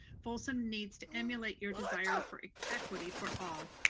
folsom needs to emulate your desire for equity for all,